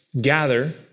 gather